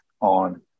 on